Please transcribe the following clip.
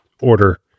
order